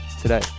today